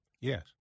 Yes